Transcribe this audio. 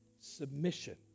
submission